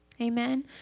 Amen